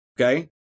okay